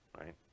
right